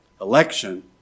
Election